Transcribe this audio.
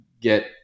get